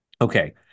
Okay